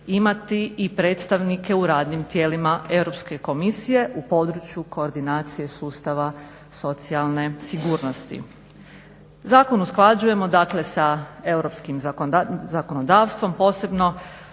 imati i predstavnike u radnim tijelima Europske komisije u području koordinacije sustava socijalne sigurnosti. Zakon usklađujemo dakle sa europskim zakonodavstvom, posebno